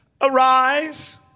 arise